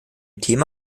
thema